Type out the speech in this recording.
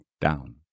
down